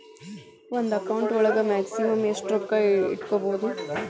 ಒಂದು ಅಕೌಂಟ್ ಒಳಗ ಮ್ಯಾಕ್ಸಿಮಮ್ ಎಷ್ಟು ರೊಕ್ಕ ಇಟ್ಕೋಬಹುದು?